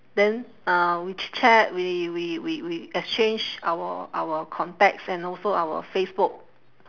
then uh we chit-chat we we we we exchange our our contacts and also our facebook